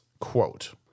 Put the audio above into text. quote